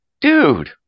dude